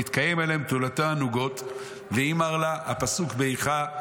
נתקיים עליהם: 'בתולתיה נוגות והיא מר לה'" הפסוק באיכה,